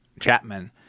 Chapman